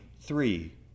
three